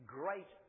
great